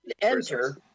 enter